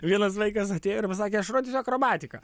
vienas vaikas atėjo ir pasakė aš rodysiu akrobatiką